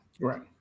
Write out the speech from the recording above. Right